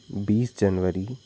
बीस जनवरी